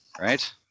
right